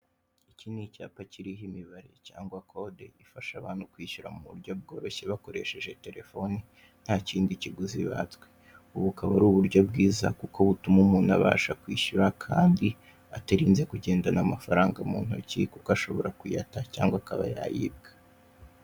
Icyi ni icyapa kiriho imibare cyangwa code, ifasha abantu kwishyura mu buryo bwohoroshye bakoresheje telefoni nta kindi kiguzi batswe. Ubu akaba ari uburyo bwiza kuko butuma umuntu abasha kwishyura kandi atarinze kugendana amafaranga mu ntoki, kuko ashobora kuyata cyangwa akaba yayibwa.